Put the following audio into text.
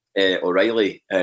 O'Reilly